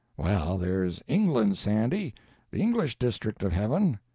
well, there's england, sandy the english district of heaven.